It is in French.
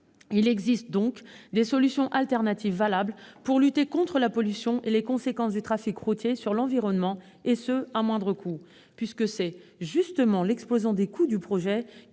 Il existe donc des solutions alternatives valables pour lutter contre la pollution et les conséquences du trafic routier sur l'environnement, et ce à moindre coût. C'est en effet justement l'explosion des coûts du projet